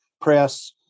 press